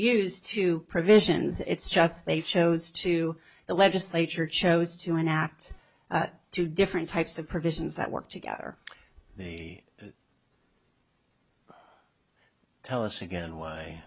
use to provisions it's just they chose to the legislature chose to enact two different types of provisions that work together they tell us again why